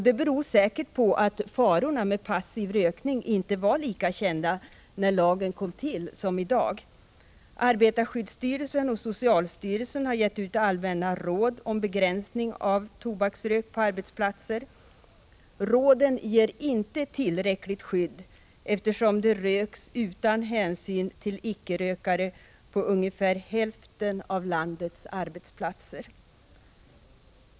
Det beror säkert på att farorna med passiv rökning inte var lika kända när lagen kom till som i dag. Arbetarskyddsstyrelsen och socialstyrelsen har gett ut allmänna råd om begränsning av tobaksrök på Prot. 1985/86:109 arbetsplatser. Råden ger inte tillräckligt skydd, eftersom det röks utan 4 april 1986 hänsyn till icke-rökare på ungefär hälften av landets arbetsplatser.